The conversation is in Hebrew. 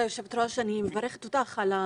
כבוד היושבת-ראש, אני מברכת אותך על הנחישות,